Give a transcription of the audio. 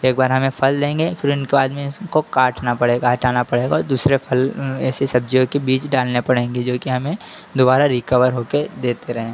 एक बार हमें फल देंगे फिर उनके बाद में इसको काटना पड़ेगा हटाना पड़ेगा और दूसरे फल ऐसी सब्जियों के बीज डालने पड़ेंगे जो कि हमें दुबारा रिकवर होकर देते रहें